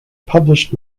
published